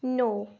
नौ